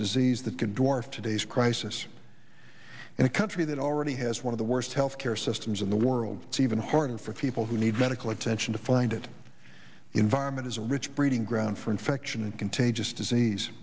disease that could dwarf today's crisis in a country that already has one of the worst health care systems in the world even harder for people who need medical attention to find it the environment is a rich breeding ground for infection and contagious disease